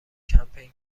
کمپین